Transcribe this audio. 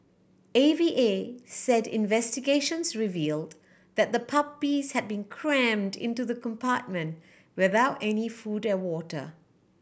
A V A said investigations revealed that the puppies have been crammed into the compartment without any food and water